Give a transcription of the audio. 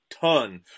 ton